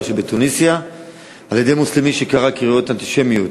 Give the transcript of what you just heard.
שבתוניסיה על-ידי מוסלמי שקרא קריאות אנטישמיות.